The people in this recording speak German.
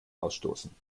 ausstoßen